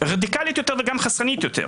רדיקלית יותר וגם חסכנית יותר,